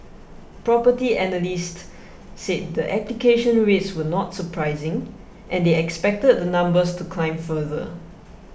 property analyst said the application rates were not surprising and they expected the numbers to climb further